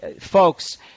folks